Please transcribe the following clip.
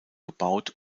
gebaut